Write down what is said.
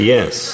Yes